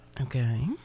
Okay